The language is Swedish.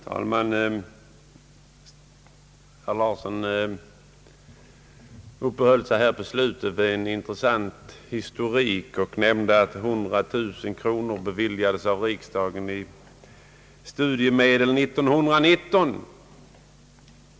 Herr talman! Herr Lars Larsson uppehöll sig på slutet av sitt anförande vid en intressant historik och nämnde att riksdagen beviljade 100 000 kronor i studiemedel år 1919.